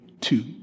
Two